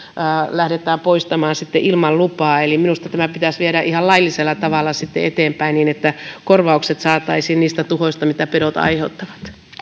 lähdetään poistamaan ilman lupaa eli minusta tämä pitäisi viedä ihan laillisella tavalla eteenpäin niin että saataisiin korvaukset niistä tuhoista mitä pedot aiheuttavat